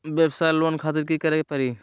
वयवसाय लोन खातिर की करे परी?